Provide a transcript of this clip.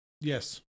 Yes